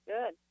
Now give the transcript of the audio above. Good